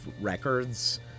records